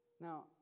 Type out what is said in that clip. Now